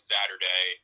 Saturday